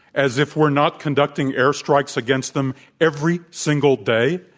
as if we're not conducting air strikes against them every single day?